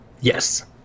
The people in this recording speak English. Yes